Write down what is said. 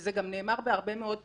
וזה גם נאמר בהרבה מאוד פסיקות,